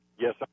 Yes